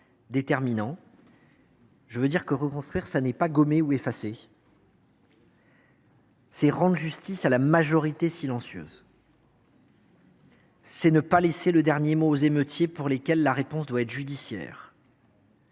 déterminant. Reconstruire, ce n’est pas gommer ou effacer, c’est rendre justice à la majorité silencieuse. C’est ne pas laisser le dernier mot aux émeutiers, pour lesquels la réponse doit être judiciaire.